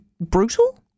brutal